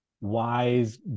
wise